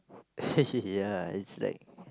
ya it's like